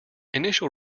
initial